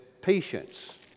patience